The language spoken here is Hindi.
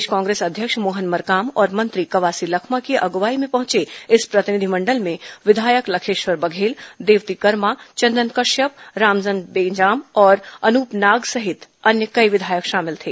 प्रदेश कांग्रेस अध्यक्ष मोहन मरकाम और मंत्री कवासी लखमा की अगुवाई में पहुंचे इस प्रतिनिधिमंडल में विधायक लखेश्वर बघेल देवती कर्मा चंदन कश्यप राजमन बेंजाम और अनूप नाग सहित कई अन्य विधायक शामिल थे